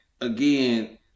again